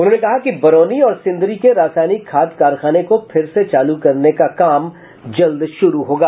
उन्होंने कहा कि बरौनी और सिंदरी के रासायनिक खाद कारखाने को फिर से चालू करने का काम जल्द शुरू होगा